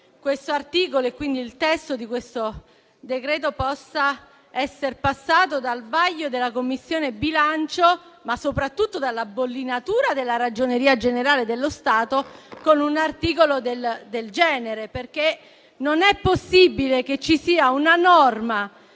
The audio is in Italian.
di come il testo di questo decreto-legge possa aver passato il vaglio della Commissione bilancio, ma soprattutto la bollinatura della Ragioneria generale dello Stato con un articolo del genere. Non è possibile che ci sia una norma